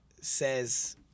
says